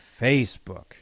Facebook